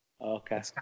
Okay